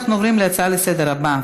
אנחנו עוברים להצעה לסדר-היום הבאה,